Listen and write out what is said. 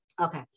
okay